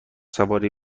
سواری